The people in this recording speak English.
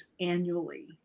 annually